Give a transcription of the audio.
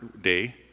day